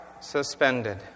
suspended